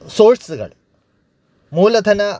സോഴ്സുകൾ മൂലധന